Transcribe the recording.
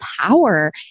power